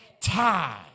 time